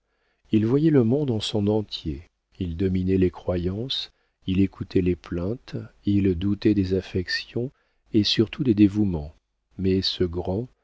il voyait le monde en son entier il dominait les croyances il écoutait les plaintes il doutait des affections et surtout des dévouements mais ce grand